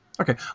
Okay